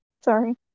Sorry